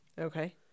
Okay